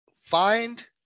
Find